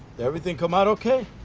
everything come out okay?